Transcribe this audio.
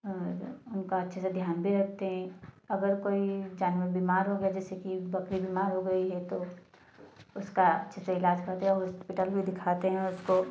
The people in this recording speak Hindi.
और उनका अच्छे से ध्यान भी रखते हैं अगर कोई जानवर बीमार हो गए जैसे बकरी बीमार हो गई है तो उसका अच्छे से इलाज करते हैं हॉस्पिटल में दिखाते हैं उसको